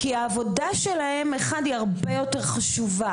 כי העבודה שלהם היא הרבה יותר חשובה